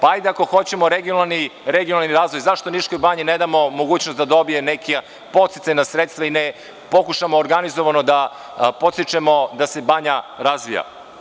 Hajde ako hoćemo regionalni razvoj, zašto onda Niškoj banji ne damo mogućnost da dobije neka podsticajna sredstva i ne pokušamo organizovano da podstičemo, da se banja razvija.